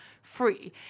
Free